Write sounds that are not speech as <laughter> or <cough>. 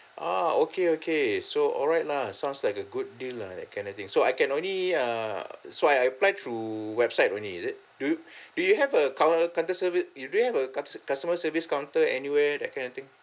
ah okay okay so alright lah sounds like a good deal lah that kind of thing so I can only err so I apply through website only is it do you <breath> do you have a coun~ counter service you do you have a cus~ customer service counter anywhere that kind of thing